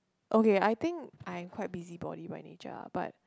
okay I think I'm quite busybody by nature lah but